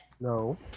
No